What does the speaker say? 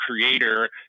creator